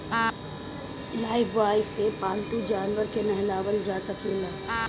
Lifebuoy से पाल्तू जानवर के नेहावल जा सकेला